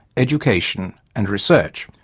education and research.